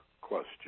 question